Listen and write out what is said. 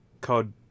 called